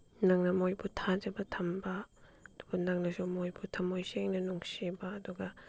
ꯅꯪꯅ ꯃꯣꯏꯕꯨ ꯊꯥꯖꯕ ꯊꯝꯕ ꯑꯗꯨꯒ ꯅꯪꯅꯁꯨ ꯃꯣꯏꯕꯨ ꯊꯝꯃꯣꯏ ꯁꯦꯡꯅ ꯅꯨꯡꯁꯤꯕ ꯑꯗꯨꯒ